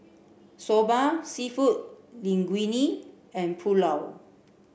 Soba Seafood Linguine and Pulao